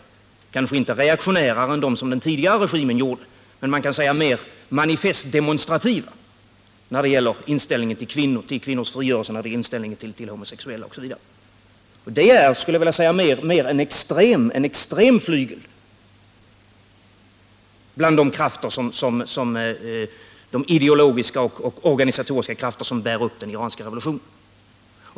De är kanske inte reaktionärare än den tidigare regeringens strävanden, men man kan säga att de är mer manifest demonstrativa när det gäller inställningen till kvinnors frigörelse, till homosexuella osv. Det är en mer extrem flygel bland de ideologiska och organisatoriska krafter som bär upp den iranska revolutionen.